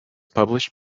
published